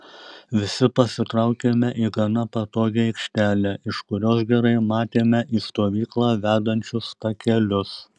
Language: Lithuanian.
visi pasitraukėme į gana patogią aikštelę iš kurios gerai matėme į stovyklą vedančius takelius